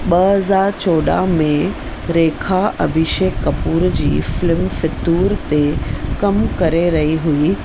ॿ हज़ार चोॾहं में रेखा अभिषेक कपूर जी फ़िल्म फितूर ते कमु करे रही हुई